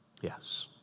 Yes